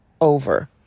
over